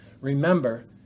Remember